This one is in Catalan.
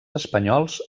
espanyols